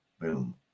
Boom